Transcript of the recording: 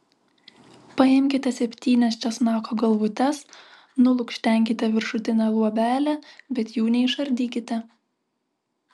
paimkite septynias česnako galvutes nulukštenkite viršutinę luobelę bet jų neišardykite